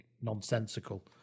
nonsensical